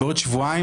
בעוד שבועיים,